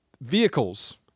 vehicles